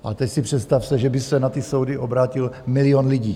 A teď si představte, že by se na ty soudy obrátil milion lidí.